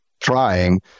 trying